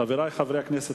חברי חברי הכנסת,